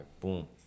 boom